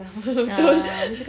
terus